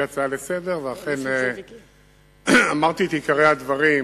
ואכן אמרתי את עיקרי הדברים